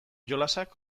jolasak